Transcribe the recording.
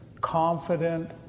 Confident